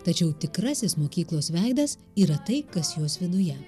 tačiau tikrasis mokyklos veidas yra tai kas jos viduje